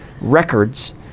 Records